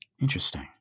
interesting